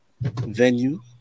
venue